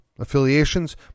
affiliations